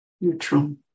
Neutral